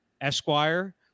Esquire